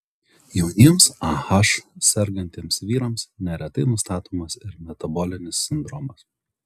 jauniems ah sergantiems vyrams neretai nustatomas ir metabolinis sindromas